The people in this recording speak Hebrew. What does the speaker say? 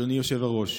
אדוני היושב-ראש,